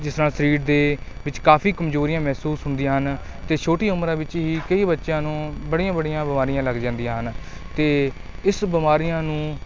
ਜਿਸ ਤਰ੍ਹਾਂ ਸਰੀਰ ਦੇ ਵਿੱਚ ਕਾਫ਼ੀ ਕਮਜ਼ੋਰੀਆਂ ਮਹਿਸੂਸ ਹੁੰਦੀਆਂ ਹਨ ਅਤੇ ਛੋਟੀ ਉਮਰਾਂ ਵਿੱਚ ਹੀ ਕਈ ਬੱਚਿਆਂ ਨੂੰ ਬੜੀਆਂ ਬੜੀਆਂ ਬਿਮਾਰੀਆਂ ਲੱਗ ਜਾਂਦੀਆਂ ਹਨ ਅਤੇ ਇਸ ਬਿਮਾਰੀਆਂ ਨੂੰ